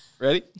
Ready